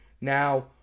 Now